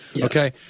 Okay